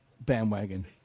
bandwagon